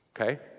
okay